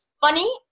funny